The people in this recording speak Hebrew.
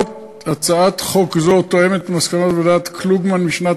הצעת חוק זו תואמת את מסקנות ועדת קלוגמן משנת